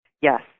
Yes